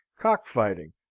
cock-fighting